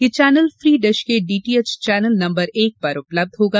यह channel free dish के DTH channel number एक पर उपलब्ध होगा